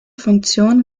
funktion